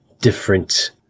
different